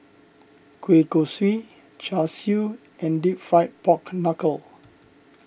Kueh Kosui Char Siu and Deep Fried Pork Knuckle